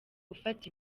ufata